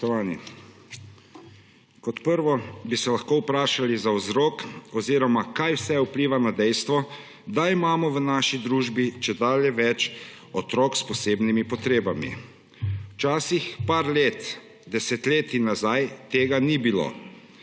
dejstvo, da imamo v naši družbi čedalje več otrok s posebnimi potrebami. Včasih, nekaj let, desetletij nazaj tega ni bilo,